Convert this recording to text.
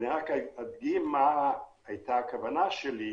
רק אדגים מה הייתה הכוונה שלי.